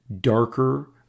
darker